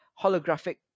holographic